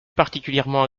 particulièrement